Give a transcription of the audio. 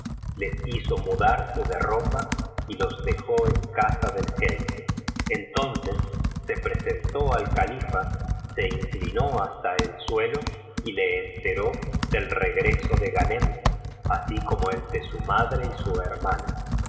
les hizo mudarse de ropa y los dejó en casa del jeique entonces se presentó al califa so inclinó hasta el suelo y le enteró del regreso de ghanem así como el de su madre y su hermana